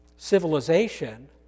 Civilization